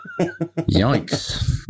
Yikes